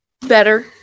better